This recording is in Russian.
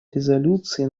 резолюции